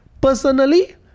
Personally